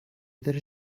داره